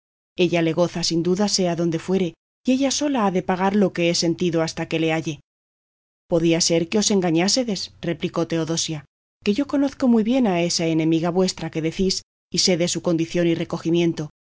ella le goza sin duda sea donde fuere y ella sola ha de pagar lo que he sentido hasta que le halle podía ser que os engañásedes replico teodosia que yo conozco muy bien a esa enemiga vuestra que decís y sé de su condición y recogimiento